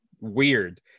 weird